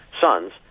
sons